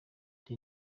the